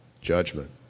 judgment